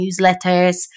newsletters